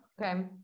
Okay